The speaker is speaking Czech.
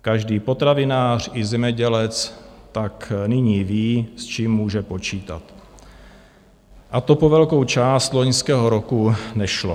Každý potravinář i zemědělec tak nyní ví, s čím může počítat, a to po velkou část loňského roku nešlo.